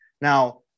Now